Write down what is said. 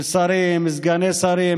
של שרים, סגני שרים,